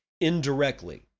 indirectly